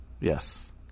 Yes